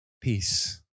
peace